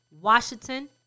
Washington